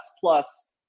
plus